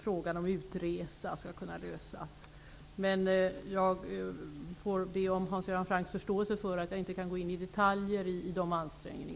frågan om utresa skall kunna lösas. Jag får be om Hans Göran Francks förståelse för att jag inte kan gå in i detaljer vad gäller dessa ansträngningar.